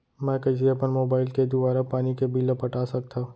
मैं कइसे अपन मोबाइल के दुवारा पानी के बिल ल पटा सकथव?